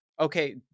okay